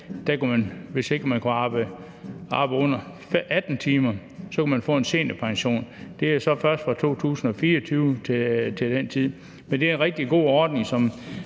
hvis man har en arbejdsevne under 18 timer, kan man få en seniorpension. Det gælder så først fra 2024. Men det er en rigtig god ordning,